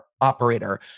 operator